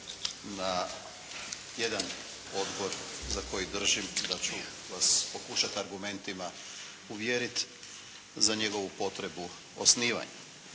na jedan odbor za koji držim da ću vas pokušat argumentima uvjerit za njegovu potrebu osnivanja,